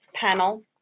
panel